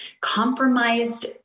compromised